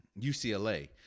UCLA